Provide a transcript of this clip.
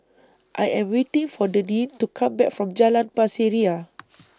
I Am waiting For Deneen to Come Back from Jalan Pasir Ria